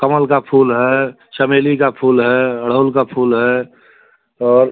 कमल का फूल है चमेली का फूल है अड़हुल का फूल है और